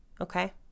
okay